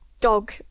dog